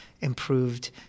improved